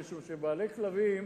אני אומר שבעלי כלבים